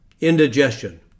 Indigestion